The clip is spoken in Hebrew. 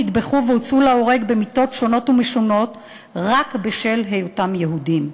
נטבחו והוצאו להורג במיתות שונות ומשונות רק בשל היותם יהודים.